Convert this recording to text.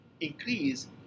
increase